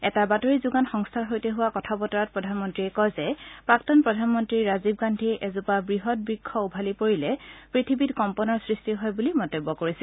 এটা বাতৰি যোগান সংস্থাৰ সৈতে হোৱা কথা বতৰাত প্ৰধানমন্ত্ৰীয়ে কয় যে প্ৰাক্তন প্ৰধানমন্ত্ৰী ৰাজীৱ গান্ধীয়ে এজোপা বৃহৎ বৃক্ষ উভালি পৰিলে পৃথিৱীত কম্পনৰ সৃষ্টি হয় বুলি মন্তব্য কৰিছিল